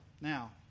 Now